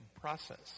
process